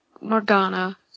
Morgana